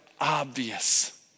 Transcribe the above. obvious